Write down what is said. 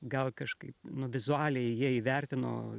gal kažkaip nu vizualiai jie įvertino